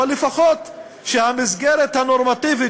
אבל לפחות שהמסגרת הנורמטיבית,